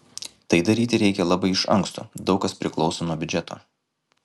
tai daryti reikia labai iš anksto daug kas priklauso nuo biudžeto